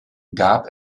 gab